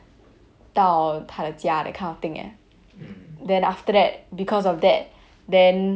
到他的家 that kind of thing leh then after that because of that then